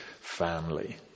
family